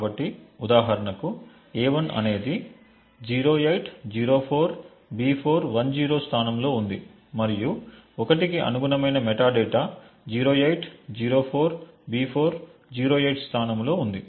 కాబట్టి ఉదాహరణకు a1 అనేది 0804B410 స్థానంలో ఉంది మరియు 1 కి అనుగుణమైన మెటాడేటా 0804B408 స్థానంలో ఉంది